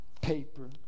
paper